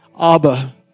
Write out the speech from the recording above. Abba